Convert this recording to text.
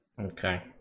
Okay